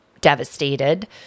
devastated